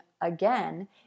again